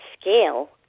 scale